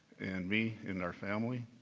and me, and our family.